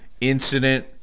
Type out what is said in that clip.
incident